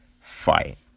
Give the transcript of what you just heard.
Fight